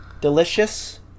Delicious